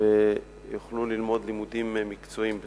ויוכלו ללמוד לימודים מקצועיים.